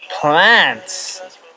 plants